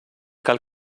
cal